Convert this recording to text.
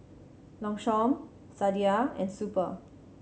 Longchamp Sadia and Super